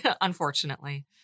Unfortunately